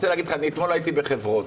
אתמול הייתי בחברון.